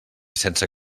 sense